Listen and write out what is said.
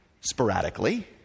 sporadically